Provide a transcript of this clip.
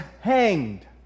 hanged